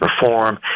perform